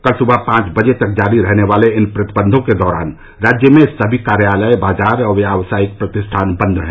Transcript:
कल सुबह पांच बजे तक जारी रहने वाले इन प्रतिबंधों के दौरान राज्य में सभी कार्यालय बाजार और व्यावसायिक प्रतिष्ठान बंद हैं